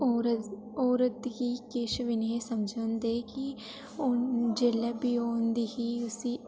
औरत गी किश बी नेईं हे समझदे कि ओह् जेल्लै बी औंदी ही उसी